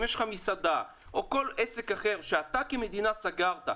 מסעדה או כל עסק אחר שהמדינה סגרה,